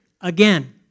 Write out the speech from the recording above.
again